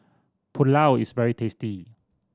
pulao is very tasty